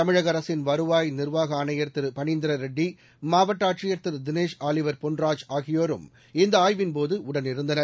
தமிழக அரசின் வருவாய் நிர்வாக ஆணையர் திரு பனீந்திரரெட்டி மாவட்ட ஆட்சியர் திரு தினேஷ் ஆலிவர் பொன்ராஜ் ஆகியோரும் இந்த ஆய்வின் போது உடனிருந்தனர்